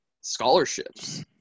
scholarships